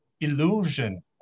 illusion